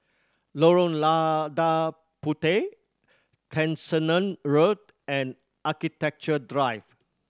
Lorong Lada Puteh Tessensohn Road and Architecture Drive